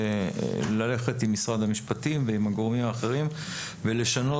ללכת עם משרד המשפטים ועם הגורמים האחרים ולשנות.